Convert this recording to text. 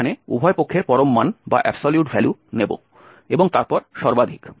আমরা এখানে উভয় পক্ষের পরম মান নেব এবং তারপর সর্বাধিক